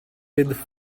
with